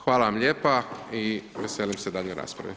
Hvala vam lijepa i veselim se daljnjoj raspravi.